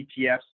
ETFs